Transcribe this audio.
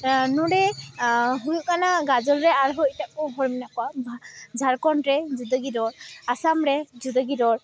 ᱱᱚᱸᱰᱮ ᱦᱩᱭᱩᱜ ᱠᱟᱱᱟ ᱜᱟᱡᱚᱞᱨᱮ ᱟᱨᱦᱚᱸ ᱮᱴᱟᱜᱠᱚ ᱦᱚᱲ ᱢᱮᱱᱟᱜ ᱠᱚᱣᱟ ᱡᱷᱟᱲᱠᱷᱚᱸᱰᱨᱮ ᱡᱩᱫᱟᱹᱜᱮ ᱨᱚᱲ ᱟᱥᱟᱢᱨᱮ ᱡᱩᱫᱟᱹᱜᱮ ᱨᱚᱲ